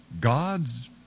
gods